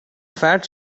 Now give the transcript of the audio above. fat